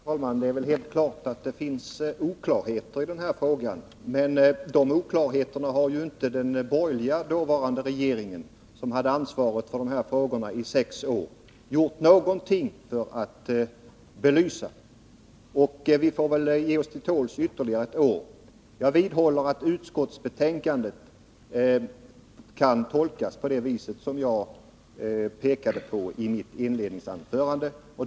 Herr talman! Det är väl helt uppenbart att det finns oklarheter i den här frågan, men de oklarheterna har ju inte den borgerliga dåvarande regeringen — som hade ansvaret för de här frågorna i sex år — gjort någonting för att belysa. Vi får väl ge oss till tåls ytterligare ett år. Jag vidhåller att utskottsbetänkandet kan tolkas på det viset som jag pekade på i mitt inledningsanförande.